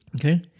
Okay